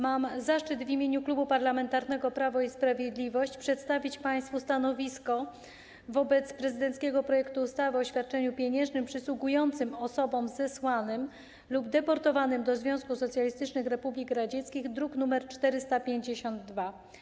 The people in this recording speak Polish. Mam zaszczyt w imieniu Klubu Parlamentarnego Prawo i Sprawiedliwość przedstawić państwu stanowisko wobec prezydenckiego projektu ustawy o świadczeniu pieniężnym przysługującym osobom zesłanym lub deportowanym do Związku Socjalistycznych Republik Radzieckich, druk nr 452.